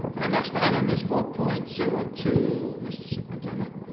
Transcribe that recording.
our next item is four point zero two, mr. superintendent?